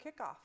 kickoff